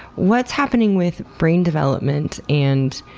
what's happening with brain development? and